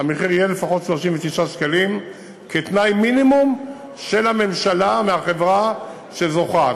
המחיר יהיה לפחות 39 שקלים כתנאי מינימום של הממשלה מהחברה שזוכה,